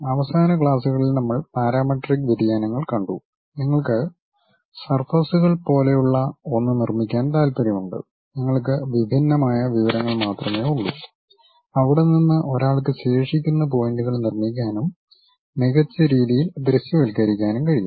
അവസാന ക്ലാസുകളിൽ നമ്മൾ പാരാമെട്രിക് വ്യതിയാനങ്ങൾ കണ്ടു നിങ്ങൾക്ക് സർഫസ്കൾ പോലെയുള്ള ഒന്ന് നിർമ്മിക്കാൻ താൽപ്പര്യമുണ്ട് നിങ്ങൾക്ക് വിഭിന്നമായ വിവരങ്ങൾ മാത്രമേ ഉള്ളൂ അവിടെ നിന്ന് ഒരാൾക്ക് ശേഷിക്കുന്ന പോയിൻറുകൾ നിർമ്മിക്കാനും മികച്ച രീതിയിൽ ദൃശ്യവൽക്കരിക്കാനും കഴിയും